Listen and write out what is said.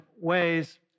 ways